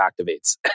activates